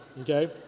okay